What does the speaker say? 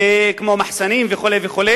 כמו מחסנים וכו'.